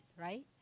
right